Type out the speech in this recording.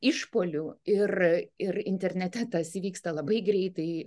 išpuolių ir ir internete tas vyksta labai greitai